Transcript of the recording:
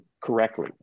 correctly